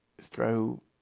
throw